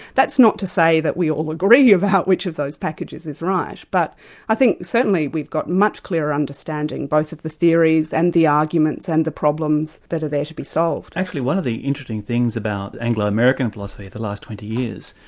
that's not to say that we all agree about which of those packages is right, but i think certainly we've got much clearer understanding both of the theories and the arguments and the problems that are there to be solved. actually one of the interesting things about anglo-american philosophy of the last twenty years,